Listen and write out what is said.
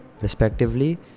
Respectively